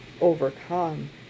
overcome